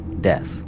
death